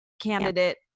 candidate